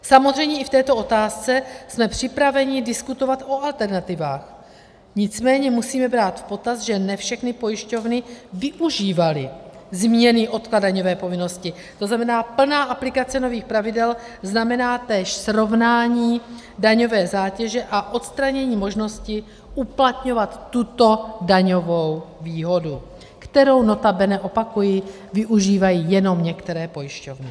Samozřejmě i v této otázce jsme připraveni diskutovat o alternativách, nicméně musíme brát v potaz, že ne všechny pojišťovny využívaly zmíněný odklad daňové povinnosti, to znamená, plná aplikace nových pravidel znamená též srovnání daňové zátěže a odstranění možnosti uplatňovat tuto daňovou výhodu, kterou, notabene opakuji využívají jenom některé pojišťovny.